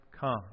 come